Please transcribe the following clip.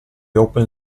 open